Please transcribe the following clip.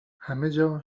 همهجا